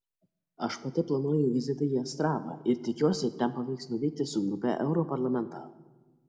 aš pati planuoju vizitą į astravą ir tikiuosi ten pavyks nuvykti su grupe europarlamentarų